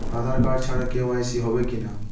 আধার card ছাড়া KYC হবে কিনা?